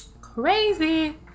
Crazy